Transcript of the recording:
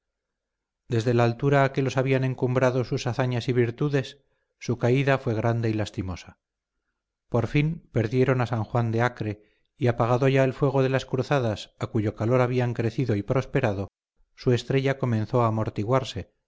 desde la altura a que los habían encumbrado sus hazañas y virtudes su caída fue grande y lastimosa por fin perdieron a san juan de acre y apagado ya el fuego de las cruzadas a cuyo calor habían crecido y prosperado su estrella comenzó a amortiguarse y